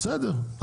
אז בסדר,